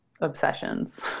obsessions